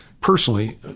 Personally